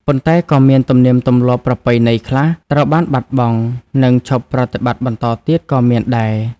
ប៉ុន្តែ ក៏មានទំនៀមទម្លាប់ប្រពៃណីខ្លះ ត្រូវបានបាត់បង់ និងឈប់ប្រតិបត្តិបន្តទៀតក៏មានដែរ។